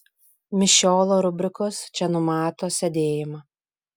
mišiolo rubrikos čia numato sėdėjimą